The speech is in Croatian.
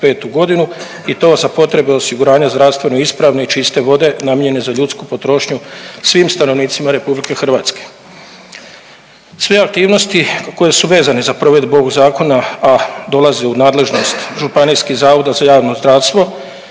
'25.g. i to za potrebe osiguranja zdravstveno ispravne i čiste vode namijenjene za ljudsku potrošnju svim stanovnicima RH. Sve aktivnosti koje su vezane za provedbu ovog zakona, a dolaze u nadležnost Županijskih zavoda za javno zdravstvo,